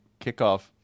kickoff